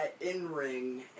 in-ring